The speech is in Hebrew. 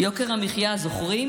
חברת הכנסת מטי צרפתי